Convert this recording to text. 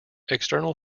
external